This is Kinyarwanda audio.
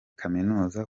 kaminuza